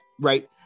right